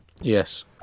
Yes